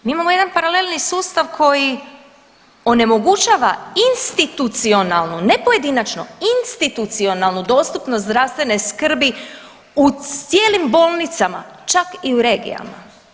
Mi imamo jedan paralelni sustav koji onemogućava institucionalnu, ne pojedinačno, institucionalnu dostupnost zdravstvene skrbi u cijelim bolnicama, čak i u regijama.